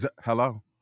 Hello